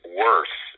worse